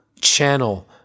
channel